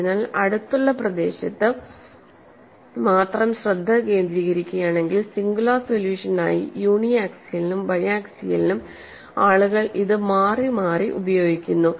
അതിനാൽ അടുത്തുള്ള പ്രദേശത്ത് മാത്രം ശ്രദ്ധ കേന്ദ്രീകരിക്കുകയാണെങ്കിൽ സിംഗുലാർ സൊല്യൂഷൻ ആയി യൂണി ആക്സിയലിനും ബയാക്സിയലിനും ആളുകൾ ഇത് മാറിമാറി ഉപയോഗിക്കുന്നു